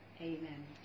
amen